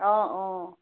অঁ অঁ